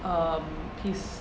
um he's